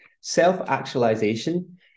Self-actualization